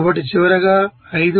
కాబట్టి చివరగా 5